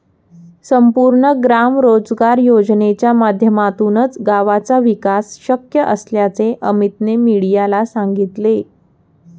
संपूर्ण ग्राम रोजगार योजनेच्या माध्यमातूनच गावाचा विकास शक्य असल्याचे अमीतने मीडियाला सांगितले